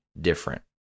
different